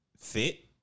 Fit